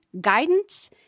guidance